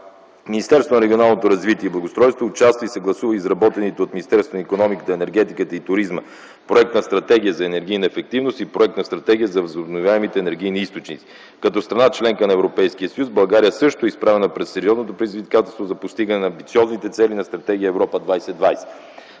Министерството на регионалното развитие и благоустройството участва и съгласува изработените от Министерството на икономиката, енергетиката и туризма проект на Стратегия за енергийна ефективност и проект на Стратегия за възобновяемите енергийни източници. Като страна – членка на Европейския съюз, България също е изправена пред сериозното предизвикателство за постигане на амбициозните цели на Стратегия Европа 2020.